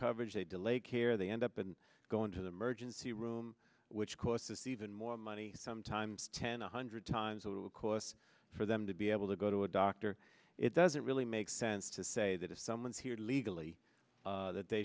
coverage they delayed care they end up in going to the emergency room which costs even more money sometimes ten a hundred times that of course for them to be able to go to a doctor it doesn't really make sense to say that if someone's here legally that they